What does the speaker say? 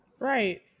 right